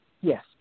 Yes